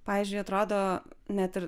pavyzdžiui atrodo net ir